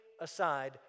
aside